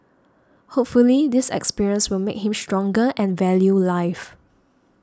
hopefully this experience will make him stronger and value life